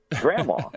Grandma